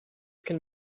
can